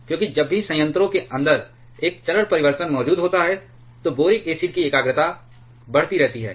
क्योंकि जब भी संयंत्रों के अंदर एक चरण परिवर्तन मौजूद होता है तो बोरिक एसिड की एकाग्रता बढ़ती रहती है